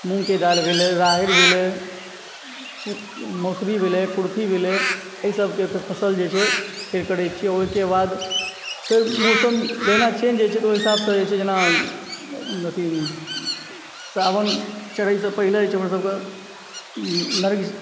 मूँगके दालि भेलय राहड़ि भेलय मसुरी भेलइ कुर्थी भेलइ एहि सभके फसल जे छै फेर करय छी ओहिके बाद फेर मौसम जहिना चेन्ज होइ छै तऽ ओहि हिसाबसँ जे छै से जेना अथी सावन चढ़यसँ पहिने जे छै हमर सभके